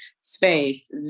space